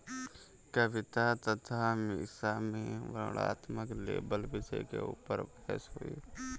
कविता तथा मीसा में वर्णनात्मक लेबल विषय के ऊपर बहस हुई